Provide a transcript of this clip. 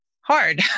hard